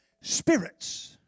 spirits